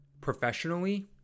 professionally